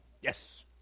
Yes